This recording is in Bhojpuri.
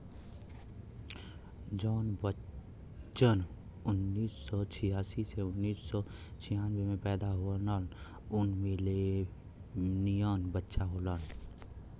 जौन बच्चन उन्नीस सौ छियासी से उन्नीस सौ छियानबे मे पैदा होलन उ मिलेनियन बच्चा होलन